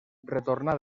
retornà